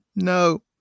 No